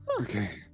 Okay